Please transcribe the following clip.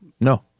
No